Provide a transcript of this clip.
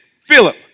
Philip